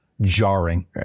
jarring